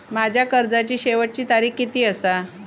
माझ्या कर्जाची शेवटची तारीख किती आसा?